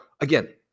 again